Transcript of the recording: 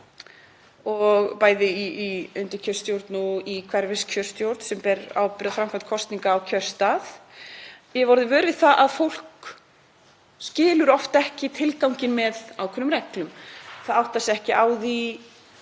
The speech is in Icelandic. bæði í undirkjörstjórn og í hverfiskjörstjórn sem ber ábyrgð á framkvæmd kosninga á kjörstað. Ég hef orðið vör við að fólk skilur oft ekki tilganginn með ákveðnum reglum. Það áttar sig ekki á því